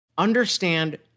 understand